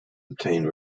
obtained